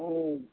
हम्म